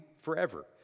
forever